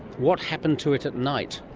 what happened to it at night?